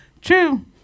true